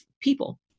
people